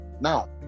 now